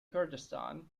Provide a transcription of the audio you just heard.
kurdistan